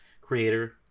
creator